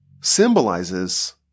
symbolizes